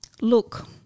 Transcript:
Look